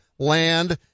Land